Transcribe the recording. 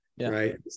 right